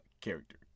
character